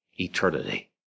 eternity